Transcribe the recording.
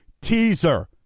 teaser